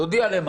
תודיע.